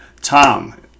Tom